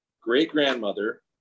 great-grandmother